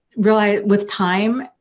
realize with time,